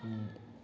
अनि